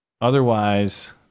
Otherwise